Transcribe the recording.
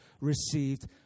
received